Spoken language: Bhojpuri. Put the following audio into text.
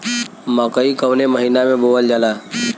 मकई कवने महीना में बोवल जाला?